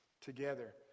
Together